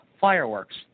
fireworks